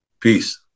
peace